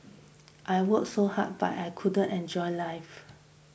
I worked so hard but I couldn't enjoy life